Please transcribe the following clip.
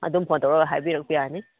ꯑꯗꯨꯝ ꯐꯣꯟ ꯇꯧꯔꯒ ꯍꯥꯏꯕꯤꯔꯛꯄ ꯌꯥꯅꯤ